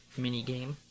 minigame